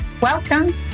Welcome